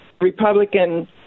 Republican